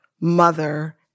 mother